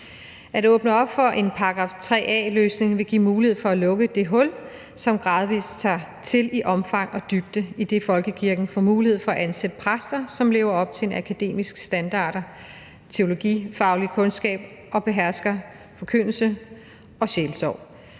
At åbne op for en § 3 a-løsning vil give mulighed for at lukke det hul, som gradvis tager til i omfang og dybde, idet folkekirken får mulighed for at ansætte præster, som lever op til en akademisk standard, har teologifaglige kundskaber og behersker forkyndelse og sjælesorg.